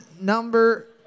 number